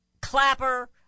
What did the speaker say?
Clapper